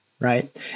right